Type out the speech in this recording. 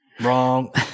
wrong